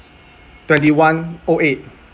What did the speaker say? twenty one O eight